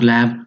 Lab